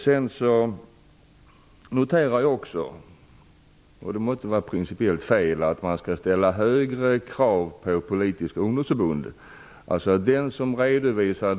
Det måste vara principiellt fel att man skall ställa högre krav på ett politiskt ungdomsförbund än på andra föreningar.